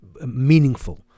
meaningful